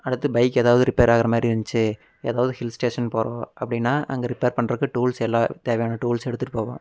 அடுத்து பைக் எதாவது ரிப்பேர் ஆகுறமாரி இருந்துச்சு எதாவது ஹில் ஸ்டேஷன் போகறோம் அப்படின்னா அங்கே ரிப்பேர் பண்ணுறக்கு டூல்ஸ் எல்லா தேவையான டூல்ஸ் எடுத்துகிட்டு போவோம்